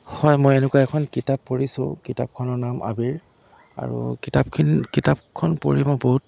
হয় মই এনেকুৱা এখন কিতাপ পঢ়িছোঁ কিতাপখনৰ নাম আবিৰ আৰু কিতাপখন কিতাপখন পঢ়ি মই বহুত